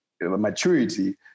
maturity